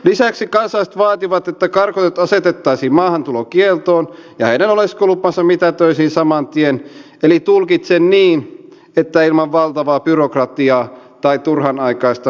lisäksi kansalaiset vaativat että karkotetut asetettaisiin maahantulokieltoon ja heidän oleskelulupansa mitätöitäisiin saman tien eli tulkitsen niin että ilman valtavaa byrokratiaa tai turhanaikaista hidastelua